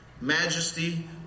majesty